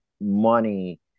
money